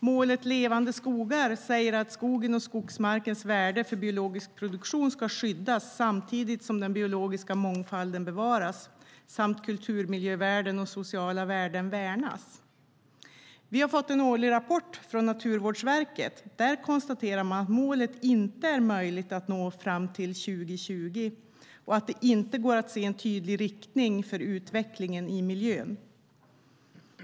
Målet Levande skogar säger att "skogens och skogsmarkens värde för biologisk produktion ska skyddas samtidigt som den biologiska mångfalden bevaras, samt kulturmiljövärden och sociala värden värnas". I den årliga rapport som vi har fått från Naturvårdsverket konstateras att målet inte är möjligt att nå till 2020 och att det inte går att se en tydlig riktning för utvecklingen i miljön.